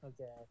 Okay